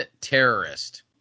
terrorist